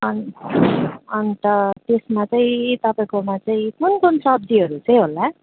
on अनि त त्यसमा चाहिँ तपाईँकोमा चाहिँ कुन कुन सब्जीहरू चाहिँ होला